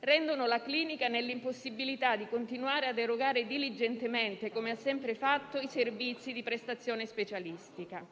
mettono la clinica nell'impossibilità di continuare a erogare diligentemente come ha sempre fatto i servizi di prestazione specialistica.